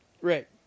Right